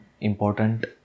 important